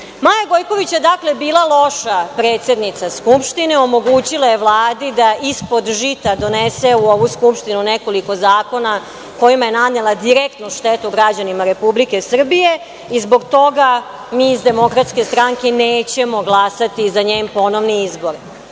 Gojković je, dakle, bila loša predsednica Skupštine, omogućila je Vladi da ispod žita donese u ovu Skupštinu nekoliko zakona kojima je nanela direktnu štetu građanima Republike Srbije i zbog toga mi iz DS nećemo glasati za njen ponovni izbor. Ima